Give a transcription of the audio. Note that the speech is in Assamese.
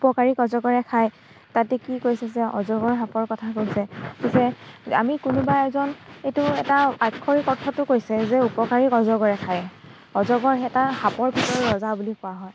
উপকাৰীক অজগৰে খায় তাতে কি কৈছে যে অজগৰ সাপৰ কথা কৈছে পিছে আমি কোনোবা এজন এইটো এটা আক্ষৰিক অৰ্থটো কৈছে যে উপকাৰীক অজগৰে খায় অজগৰ এটা সাপৰ ভিতৰত ৰজা বুলি কোৱা হয়